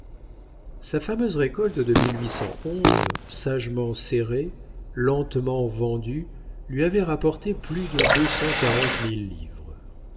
sa fameuse récolte de sagement serrée lentement vendue lui avait rapporté plus de deux cent quarante mille livres